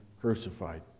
crucified